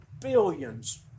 billions